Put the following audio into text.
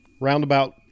roundabout